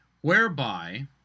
Whereby